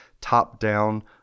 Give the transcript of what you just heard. top-down